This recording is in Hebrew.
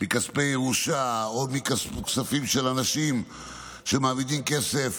מכספי ירושה או מכספים של אנשים שמעמידים כסף,